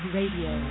Radio